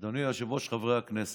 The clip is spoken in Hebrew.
אדוני היושב-ראש, חברי הכנסת,